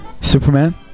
Superman